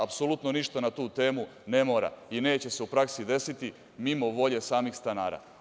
Apsolutno ništa, na tu temu ne mora i neće se u praksi desiti mimo volje samih stanara.